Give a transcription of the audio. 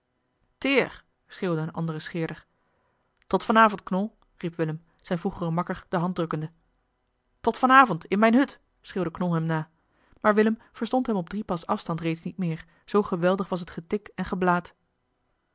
schreeuwde een andere scheerder tot van avond knol riep willem zijn vroegeren makker de hand drukkende tot van avond in mijne hut schreeuwde knol hem na maar willem verstond hem op drie pas afstand reeds niet meer zoo geweldig was het getik en geblaat